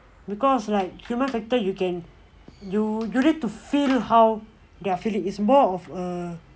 because like human factor you can you need to feel how the feeling is more of a